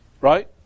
right